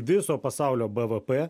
viso pasaulio bvp